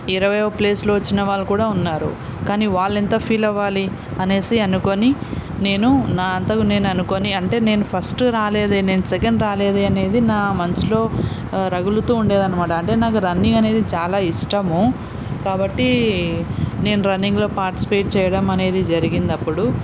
ఇరవైయోవా ప్లేస్లో వచ్చిన వాళ్ళు కూడా ఉన్నారు కానీ వాళ్ళు ఎంత ఫీల్ అవ్వాలి అనేసి అనుకొని నేను నా అంతకు నేను అనుకొని అంటే నేను ఫస్ట్ రాలేదే నేను సెకండ్ రాలేదే అనేది నా మనసులో రగులుతూ ఉండేది అనమాట అంటే నాకు రన్నింగ్ అనేది చాలా ఇష్టము కాబట్టి నేను రన్నింగ్లో పార్టిసిపేట్ చేయడం అనేది జరిగింది అప్పుడు